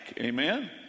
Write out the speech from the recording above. amen